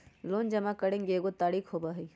Loan जमा करेंगे एगो तारीक होबहई?